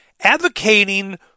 Advocating